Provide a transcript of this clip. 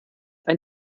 ein